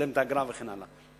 תשלם את האגרה וכן הלאה.